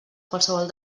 qualsevol